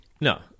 No